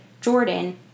Jordan